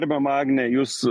gerbiama agne jūs